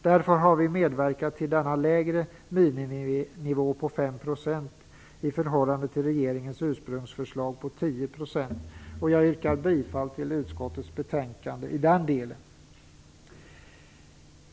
Därför har vi medverkat till denna lägre miniminivå på 5 % i förhållande till regeringens ursprungsförslag på 10 %. Jag yrkar bifall till utskottets hemställan i denna del.